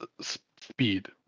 speed